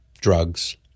drugs